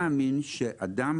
זה כן להאריך את חיי המקצוע,